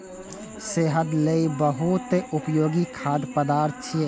सेहत लेल ई बहुत उपयोगी खाद्य पदार्थ छियै